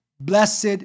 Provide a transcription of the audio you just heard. blessed